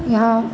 यहाँ